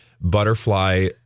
butterfly